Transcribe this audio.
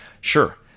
Sure